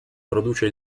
produce